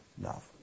love